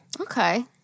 Okay